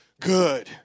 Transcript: good